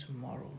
tomorrow